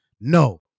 No